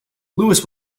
lewis